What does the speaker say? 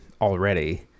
already